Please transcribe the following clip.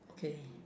okay